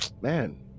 Man